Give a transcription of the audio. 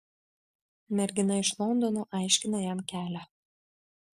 mergina iš londono aiškina jam kelią